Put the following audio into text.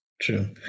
True